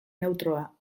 neutroa